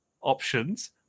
options